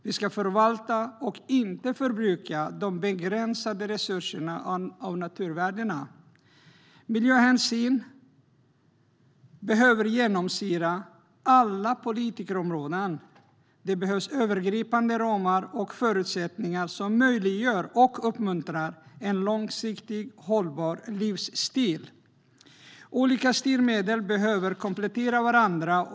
Vi ska förvalta och inte förbruka de begränsade resurserna och naturvärdena. Miljöhänsyn behöver genomsyra alla politikområden. Det behövs övergripande ramar och förutsättningar som möjliggör och uppmuntrar en långsiktigt hållbar livsstil. Olika styrmedel behöver komplettera varandra.